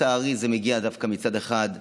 לצערי זה מגיע דווקא מצד אחד,